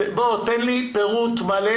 תן לי פירוט מלא